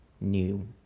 new